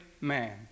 man